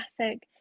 classic